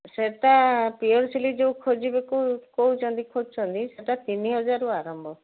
ସେଇଟା ପିଓର ସିଲି ଯେଉଁ ଖୋଜିବେ କହୁଛନ୍ତି ଖୋଜୁଛନ୍ତି ସେଇଟା ତିନି ହଜାରରୁ ଆରମ୍ଭ